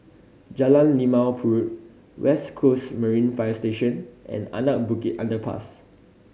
Jalan Limau Purut West Coast Marine Fire Station and Anak Bukit Underpass